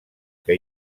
que